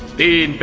the but